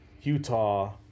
Utah